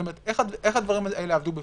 איך הדברים האלה עבדו בפועל?